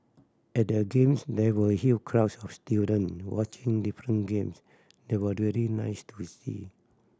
at the Games there were huge crowds of student watching different games they was really nice to see